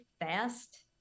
fast